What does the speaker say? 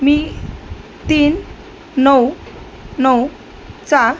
मी तीन नऊ नऊ चार